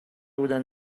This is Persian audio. بودن